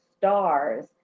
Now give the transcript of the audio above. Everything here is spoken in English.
stars